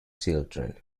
children